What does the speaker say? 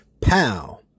pow